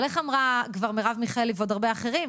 אבל איך אמרה כבר מרב מיכאלי ועוד הרבה אחרים?